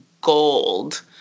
gold